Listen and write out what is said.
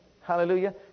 Hallelujah